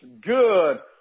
Good